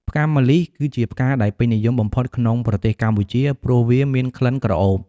ផ្កាម្លិះ គឺជាផ្កាដែលពេញនិយមបំផុតក្នុងប្រទេសកម្ពុជា ព្រោះវាមានក្លិនក្រអូប។